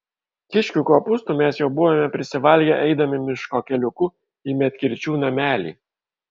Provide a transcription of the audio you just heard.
kiškių kopūstų mes jau buvome prisivalgę eidami miško keliuku į medkirčių namelį